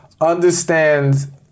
understand